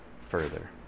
further